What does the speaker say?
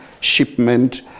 shipment